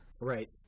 right